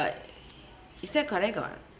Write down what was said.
is that correct [what]